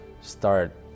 start